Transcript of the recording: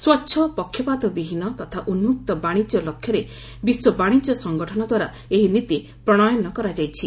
ସ୍ୱଚ୍ଚ ପକ୍ଷପାତବିହୀନ ତଥା ଉନ୍ଗକ୍ତ ବାଶିଜ୍ୟ ଲକ୍ଷ୍ୟରେ ବିଶ୍ୱ ବାଣିଜ୍ୟ ସଂଗଠନ ଦ୍ୱାରା ଏହି ନୀତି ପ୍ରଣୟନ କରାଯାଇଛି